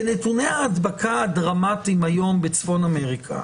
בנתוני ההדבקה הדרמטיים היום בצפון-אמריקה,